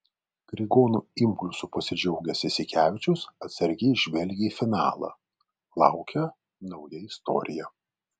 grigonio impulsu pasidžiaugęs jasikevičius atsargiai žvelgia į finalą laukia nauja istorija